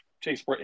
Chase